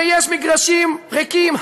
ויש מגרשים ריקים,